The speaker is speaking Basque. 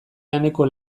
laneko